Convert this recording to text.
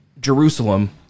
Jerusalem